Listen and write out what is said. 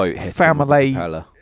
family